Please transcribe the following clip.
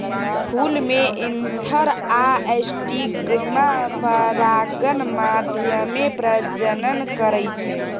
फुल मे एन्थर आ स्टिगमा परागण माध्यमे प्रजनन करय छै